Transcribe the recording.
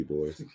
Boys